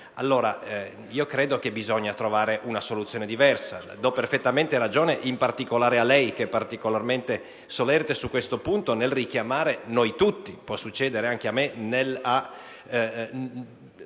Credo dunque che bisognerà trovare una soluzione diversa. Do perfettamente ragione, in particolare a lei, che è sempre solerte su questo punto, nel richiamare noi tutti, può succedere anche a me, a